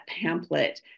pamphlet